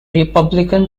republican